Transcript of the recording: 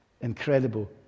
incredible